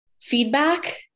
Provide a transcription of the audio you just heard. feedback